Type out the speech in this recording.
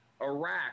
Iraq